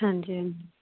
ਹਾਂਜੀ ਹਾਂਜੀ